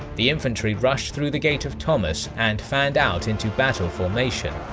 the infantry rushed through the gate of thomas and fanned out into battle formation,